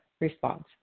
response